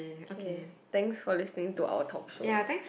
okay thanks for listening to our talk show